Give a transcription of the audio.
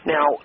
Now